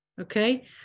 Okay